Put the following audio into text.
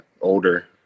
older